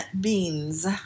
beans